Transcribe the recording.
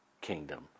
kingdom